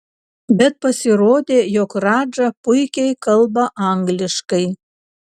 bet pasirodė jog radža puikiai kalba angliškai